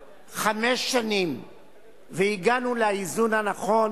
הזה, שסובל באמת, ואז, כדרכם של אנשים כאלה,